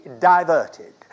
diverted